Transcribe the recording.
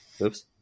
Oops